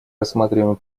рассматриваем